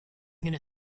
gonna